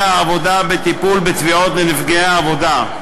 העבודה בטיפול בתביעות של נפגעי עבודה,